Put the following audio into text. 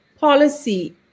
policy